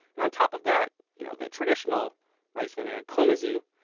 and on top of that, you know the traditional rice vinegar, komesu,